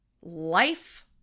Life